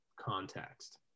context